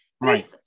right